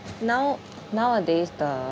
now nowadays the